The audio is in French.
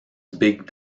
big